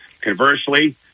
Conversely